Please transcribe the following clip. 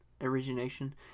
origination